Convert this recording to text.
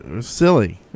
silly